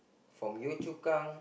from Yio-Chu-Kang